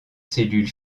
cellules